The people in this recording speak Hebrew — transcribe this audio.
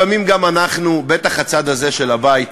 לפעמים גם אנחנו, בטח הצד הזה של הבית,